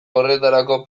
horretarako